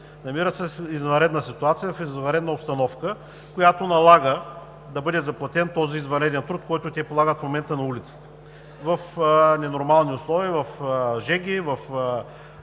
намират се в извънредна ситуация, в извънредна обстановка, която налага да бъде заплатен този извънреден труд, който те полагат в момента на улицата в ненормални условия, в жеги, в